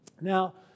Now